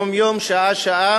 יום-יום, שעה-שעה,